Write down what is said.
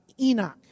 Enoch